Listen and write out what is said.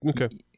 Okay